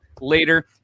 later